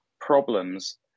problems